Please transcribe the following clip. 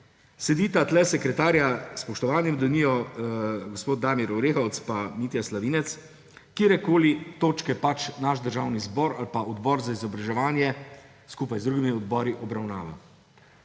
Sedita tukaj sekretarja, s spoštovanjem do njiju, gospod Damir Orehovec in Mitja Slavinec, katerekoli točke pač naš državni zbor ali pa odbor za izobraževanje skupaj z drugimi odbori obravnava.